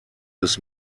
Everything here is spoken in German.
des